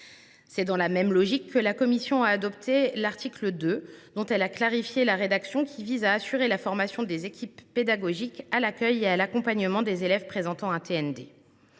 C’est dans la même logique que la commission a adopté l’article 2, tout en en clarifiant la rédaction. Cet article vise à assurer la formation des équipes pédagogiques à l’accueil et à l’accompagnement des élèves présentant un TND.